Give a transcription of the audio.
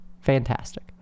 Fantastic